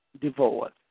divorce